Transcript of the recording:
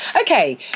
Okay